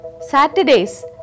Saturdays